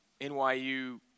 NYU